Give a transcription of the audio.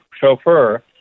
chauffeur